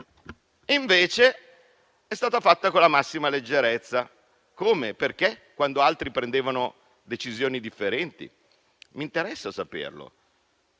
Invece, è stato fatto con la massima leggerezza. Come e perché, quando altri prendevano decisioni differenti, mi interessa saperlo,